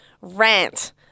rant